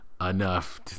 enough